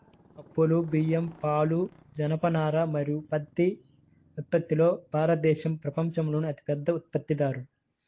పప్పులు, బియ్యం, పాలు, జనపనార మరియు పత్తి ఉత్పత్తిలో భారతదేశం ప్రపంచంలోనే అతిపెద్ద ఉత్పత్తిదారు